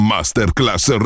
Masterclass